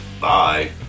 Bye